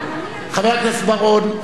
חבר הכנסת בר-און,